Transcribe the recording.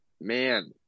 man